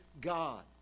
God